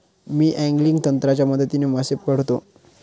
मी angling तंत्राच्या मदतीने मासे पकडतो